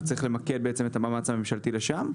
וצריך למקד את המאמץ הממשלתי לשם.